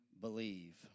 believe